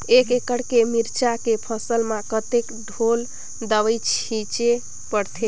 एक एकड़ के मिरचा के फसल म कतेक ढोल दवई छीचे पड़थे?